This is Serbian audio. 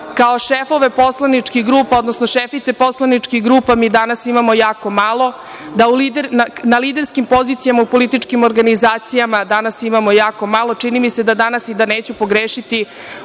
kao šefove poslaničkih grupa, odnosno šefice poslaničkih grupa, mi danas imamo jako malo, da na liderskim pozicijama u političkim organizacijama danas imamo jako malo. Čini mi se da dana, neću pogrešiti,